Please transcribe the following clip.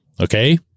Okay